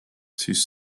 siis